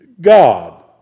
God